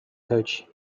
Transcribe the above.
coach